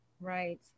right